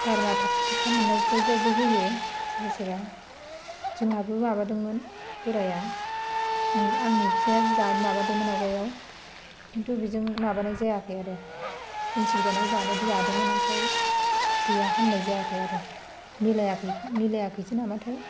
गारामा थाबथा थाबथा मोननाय बिदियावबो होयो सोरबो सोरबा जोंहाबो माबादोंमोन बोराया आंनि फिसाइया माबादोंमोन आवगायाव खिन्थु बेजों माबानाय जायाखै आरो टनसिल जानायाव जानायाथ' जादोंमोन ओमफ्राय गैया हामनाय जायाखै आरो मिलायाखैसो नामाथाय